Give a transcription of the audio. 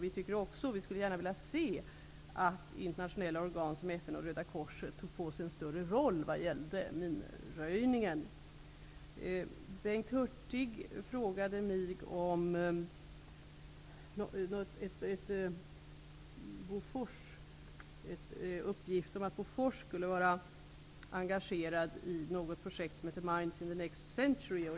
Vi skulle gärna vilja se att internationella organ som FN och Röda korset fick en större roll vad gäller minröjningen. Bengt Hurtig frågade mig om en uppgift om att Bofors skulle vara engagerat i något projekt som heter Mines in the Next Century.